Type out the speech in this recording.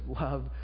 love